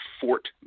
Fort